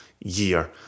year